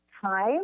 time